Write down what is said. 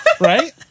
Right